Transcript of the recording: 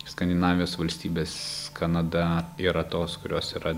skandinavijos valstybės kanada yra tos kurios yra